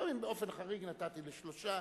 באופן חריג נתתי לשלושה,